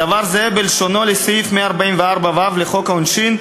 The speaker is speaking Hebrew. הדבר זהה בלשונו לסעיף 144ו לחוק העונשין,